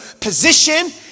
Position